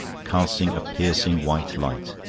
cast a piercing white light.